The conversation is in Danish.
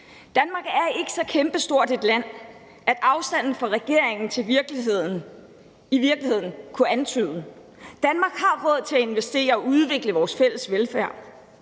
Danmark er ikke så kæmpestort et land, som afstanden fra regeringen til virkeligheden i virkeligheden kunne antyde. Danmark har råd til at investere og udvikle vores fælles velfærd.